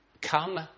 come